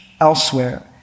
elsewhere